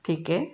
ठीक आहे